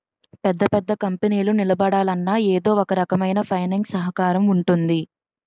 పెద్ద పెద్ద కంపెనీలు నిలబడాలన్నా ఎదో ఒకరకమైన ఫైనాన్స్ సహకారం ఉంటుంది